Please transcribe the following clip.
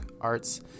arts